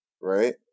Right